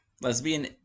lesbian